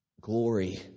glory